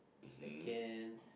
second